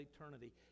eternity